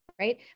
Right